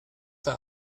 der